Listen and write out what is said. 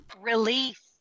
Relief